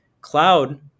cloud